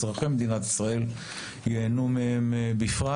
אזרחי מדינת ישראל, ייהנו מהם בפרט.